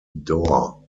door